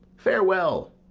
farewell!